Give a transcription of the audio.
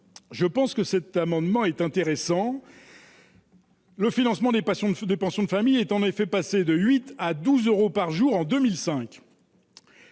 je pense que cet amendement est intéressant. Le financement des patients de ceux des pensions de famille est en effet passé de 8 à 12 euros par jour en 2005